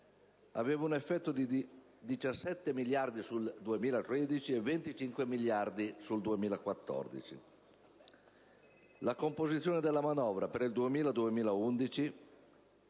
aveva un effetto di 17 miliardi sul 2013 e 25 miliardi sul 2014. La composizione della manovra per il 2011